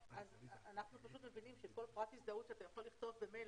אנחנו מבינים שכל פרט הזדהות אתה יכול לכתוב במייל,